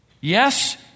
Yes